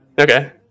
Okay